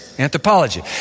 Anthropology